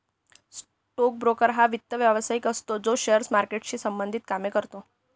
stock broker हा वित्त व्यवसायिक असतो जो शेअर मार्केटशी संबंधित कामे करतो